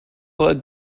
led